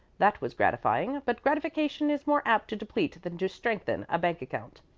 that was gratifying, but gratification is more apt to deplete than to strengthen a bank account.